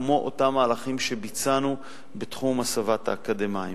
כמו אותם מהלכים שביצענו בתחום הסבת האקדמאים.